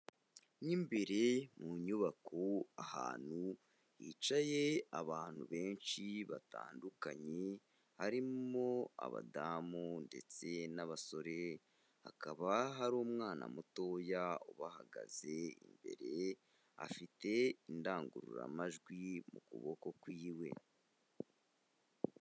Mo imbiri mu nyubako, ahantu hicaye abantu benshi batandukanye, harimo abadamu ndetse n'abasore, hakaba hari umwana mutoya ubahagaze imbere. Afite indangururamajwi mu kuboko kwiwe.